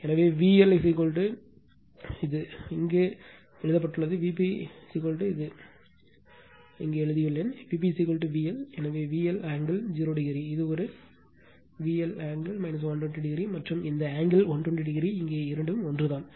எனவே VL இங்கே இது இங்கே எழுதப்பட்டுள்ளது Vp இங்கே நான் இங்கே எழுதியுள்ளேன் Vp VL எனவே VL ஆங்கிள் 0o இது ஒரு VL ஆங்கிள் 120 o மற்றும் இந்த ஆங்கிள் 120 o இங்கே இரண்டும் ஒன்றுதான்